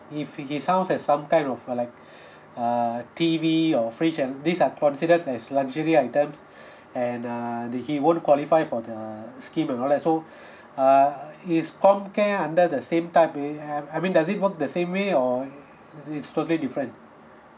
if it's sounds as some kind of uh like err T_V or fridge and these are considered as luxury item and err did he won't qualify for the scheme and all that so err is comcare under the same type err um I mean does it work the same way or i~ it's totally different